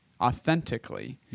authentically